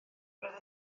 roedd